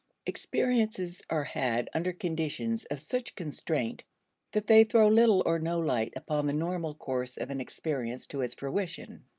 experiences are had under conditions of such constraint that they throw little or no light upon the normal course of an experience to its fruition.